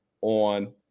on